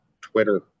Twitter